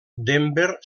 denver